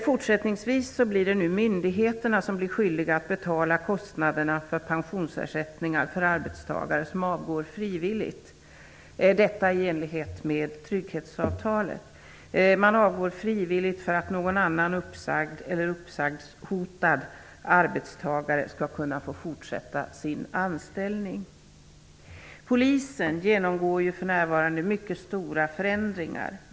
Fortsättningsvis blir det myndigheterna som blir skyldiga att betala kostnaderna för pensionsersättningar för arbetstagare som avgår frivilligt för att någon annan uppsagd eller uppsägningshotad arbetstagare skall kunna fortsätta sin anställning, detta i enlighet med trygghetsavtalet. Polisen genomgår ju för närvarande mycket stora förändringar.